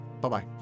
Bye-bye